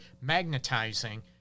magnetizing